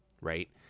right